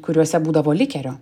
kuriuose būdavo likerio